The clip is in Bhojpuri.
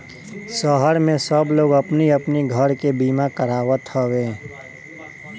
शहर में सब लोग अपनी अपनी घर के बीमा करावत हवे